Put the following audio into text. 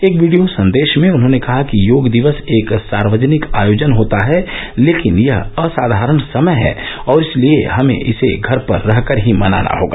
एक वीडियो संदेश में उन्होंने कहा कि योग दिवस एक सार्वजनिक आयोजन होता है लेकिन यह असाधारण समय है और इसलिए हमें इसे घर पर रहकर ही मनाना होगा